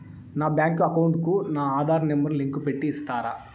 నా bank account కు నా ఆధార్ నెంబర్ లింకు పెట్టి ఇస్తారా?